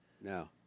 No